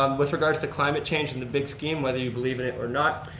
um with regards to climate change in the big scheme, whether you believe in it or not.